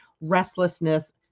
restlessness